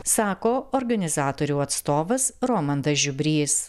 sako organizatorių atstovas romandas žiubrys